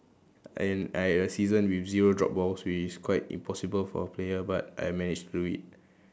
and I had a season with zero drop balls which is quite impossible for a player but I managed to do it